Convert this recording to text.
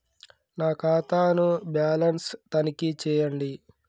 నా ఖాతా ను బ్యాలన్స్ తనిఖీ చేయండి?